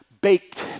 baked